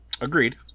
Agreed